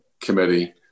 committee